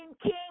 King